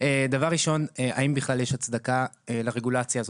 דבר הראשון, האם בכלל יש הצדקה לרגולציה הזאת.